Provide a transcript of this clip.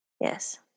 Yes